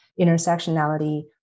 intersectionality